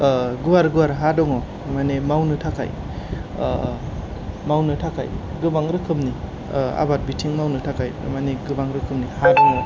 गुवार गुवार हा दङ' माने मावनो थाखाय मावनो थाखाय गोबां रोखोमनि आबाद बिथिं मावनो थाखाय माने गोबां रोखोमनि हा दङ'